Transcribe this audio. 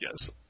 yes